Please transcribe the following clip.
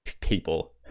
people